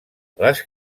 les